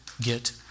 get